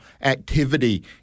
activity